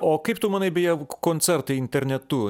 o kaip tu manai beje koncertai internetu